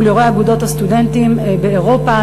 מול יו"רי אגודות הסטודנטים באירופה,